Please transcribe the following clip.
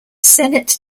senate